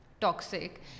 toxic